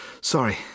Sorry